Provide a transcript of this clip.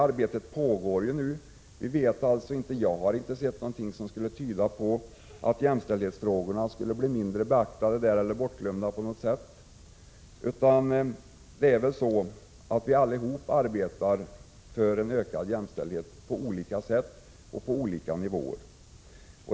Arbetet i denna fråga pågår nu, och jag har inte sett någonting som skulle tyda på att jämställdhetsfrågorna skulle bli mindre beaktade eller bortglömda på något sätt. Vi arbetar alla för en ökad jämställdhet på olika sätt och på olika nivåer.